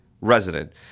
resident